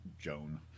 Joan